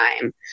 time